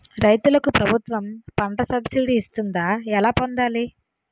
రైతులకు ప్రభుత్వం పంట సబ్సిడీ ఇస్తుందా? ఎలా పొందాలి?